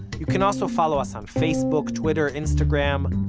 you can also follow us on facebook, twitter, instagram,